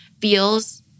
feels